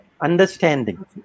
understanding